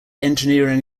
engineering